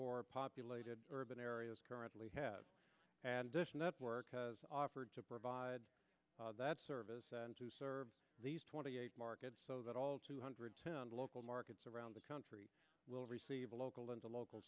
more populated urban areas currently have and dish network has offered to provide that service and to serve these twenty eight markets so that all two hundred ten local markets around the country will receive a local and a local